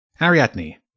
Ariadne